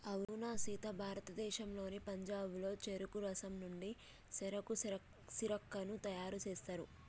అవునా సీత భారతదేశంలోని పంజాబ్లో చెరుకు రసం నుండి సెరకు సిర్కాను తయారు సేస్తారు